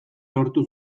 lortu